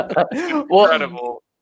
Incredible